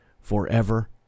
forever